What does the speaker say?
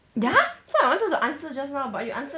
ya so I wanted to answer just now but you answer